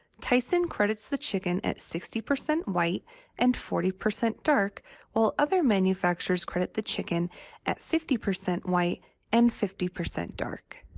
tyson credits the chicken at sixty percent white and forty percent dark while other manufacturers credit the chicken at fifty percent white and fifty percent dark.